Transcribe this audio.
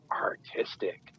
artistic